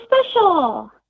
special